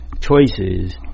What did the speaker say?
choices